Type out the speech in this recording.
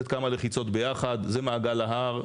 זה מעגל ההר.